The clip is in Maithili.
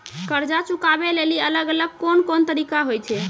कर्जा चुकाबै लेली अलग अलग कोन कोन तरिका होय छै?